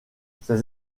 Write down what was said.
ces